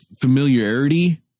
familiarity